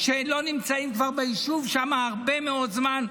שלא נמצאים כבר ביישוב הרבה מאוד זמן,